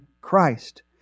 Christ